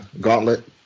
gauntlet